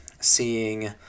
Seeing